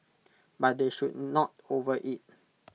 but they should not overeat